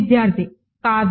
విద్యార్థి కాదు